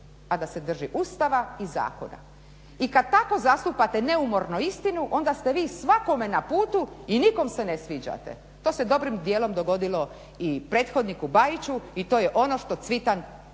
a da se drži Ustava i zakona. I kada tako zastupate neumorno istinu onda ste vi svakome na putu i nikom se ne sviđate. To se dobrim dijelom dogodilo i prethodniku Bajiću i to je ono što Cvitan